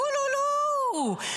קולולו,